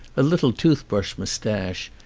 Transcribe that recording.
a little toothbrush moustache,